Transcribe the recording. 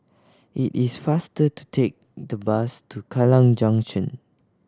it is faster to take the bus to Kallang Junction